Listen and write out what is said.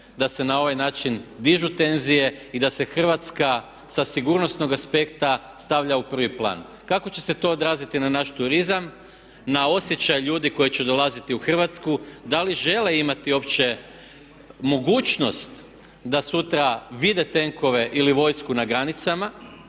da se na ovaj način dižu tenzije i da se Hrvatska sa sigurnosnog aspekta stavlja u prvi plan. Kako će se to odraziti na naš turizam, na osjećaj ljudi koji će dolaziti u Hrvatsku, da li žele imati uopće mogućnost da sutra vide tenkove ili vojsku na granicama?